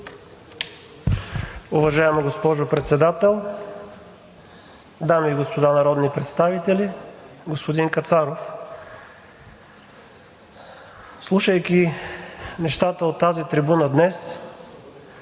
Уважаема госпожо Председател, дами и господа народни представители! Господин Кацаров, слушайки нещата от тази трибуна днес,